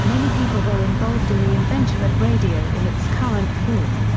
many people were involved in the invention of radio in its current form.